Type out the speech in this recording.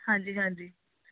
ਹਾਂਜੀ ਹਾਂਜੀ